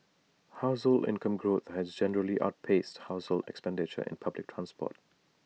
household income growth has generally outpaced household expenditure in public transport